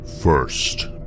First